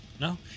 no